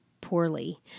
poorly